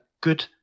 good